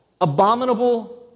abominable